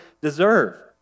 deserve